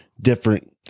different